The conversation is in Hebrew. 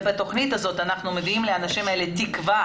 ובתוכנית הזאת אנחנו מביאים לאנשים האלה תקווה